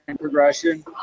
progression